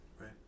Right